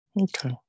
Okay